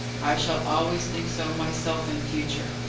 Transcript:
i shall always think so myself in future.